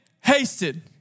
hasted